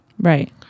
Right